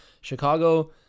Chicago –